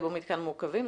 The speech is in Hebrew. יהיה בו מתקן מעוכבים?